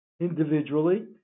individually